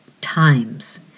times